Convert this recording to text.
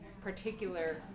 particular